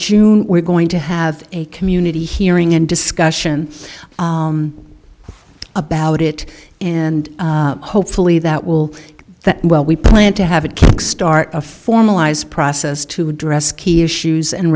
june we're going to have a community hearing and discussion about it and hopefully that will that well we plan to have a kickstart of formalized process to address key issues and